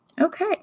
Okay